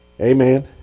Amen